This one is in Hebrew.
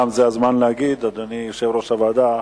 זה גם הזמן להגיד, אדוני יושב-ראש הוועדה,